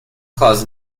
claus